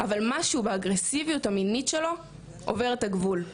אבל משהו באגרסיביות המינית שלו עובר את הגבול.